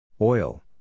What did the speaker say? Oil